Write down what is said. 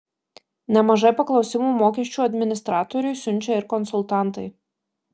nemažai paklausimų mokesčių administratoriui siunčia ir konsultantai